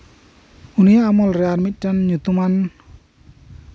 ᱩᱱᱤ ᱟᱢᱚᱞᱨᱮ ᱟᱨ ᱢᱤᱫᱴᱟᱝ ᱧᱩᱛᱩᱢᱟᱱ